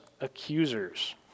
accusers